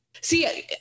see